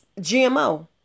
GMO